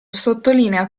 sottolinea